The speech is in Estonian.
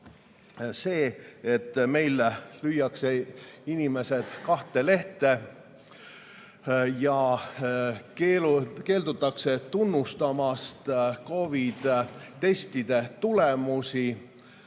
See, et meil lüüakse inimesed kahte lehte ja keeldutakse tunnustamast COVID-i testide tulemusi,